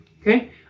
okay